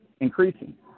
increasing